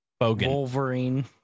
Wolverine